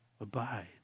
abide